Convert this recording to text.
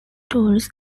tools